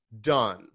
done